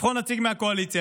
לבחור נציג מהקואליציה,